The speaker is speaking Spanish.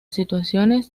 situaciones